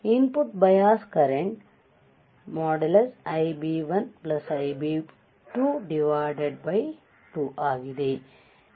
input bias current |Ib1 Ib2|2 ಆಗಿದೆ